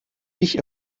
ich